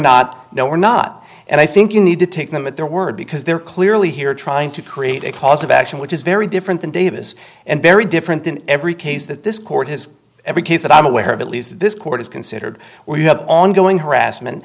not no we're not and i think you need to take them at their word because they're clearly here trying to create a cause of action which is very different than davis and very different in every case that this court has every case that i'm aware of at least this court is considered where you have ongoing harassment